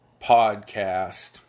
podcast